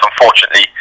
Unfortunately